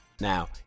Now